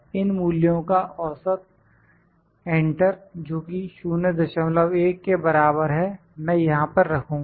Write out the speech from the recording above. इन मूल्यों का औसत एंटर जोकि 01 के बराबर है मैं यहां पर रखूंगा